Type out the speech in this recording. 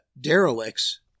derelicts